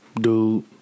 dude